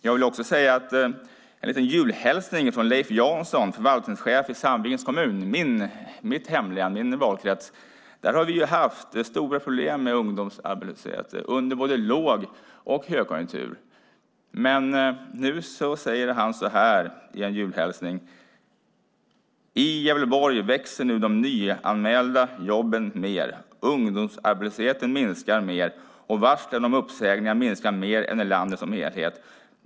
Jag vill också framföra en liten julhälsning från Leif Jansson, förvaltningschef i Sandvikens kommun, i mitt hemlän och min valkrets, där vi ju har haft stora problem med ungdomsarbetslöshet under både låg och högkonjunktur. Men nu säger han så här i en julhälsning: I Gävleborg växer nu de nyanmälda jobben mer, ungdomsarbetslösheten minskar mer och varslen om uppsägningar minskar mer än i landet som helhet.